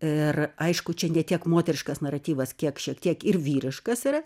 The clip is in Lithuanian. ir aišku čia ne tiek moteriškas naratyvas kiek šiek tiek ir vyriškas yra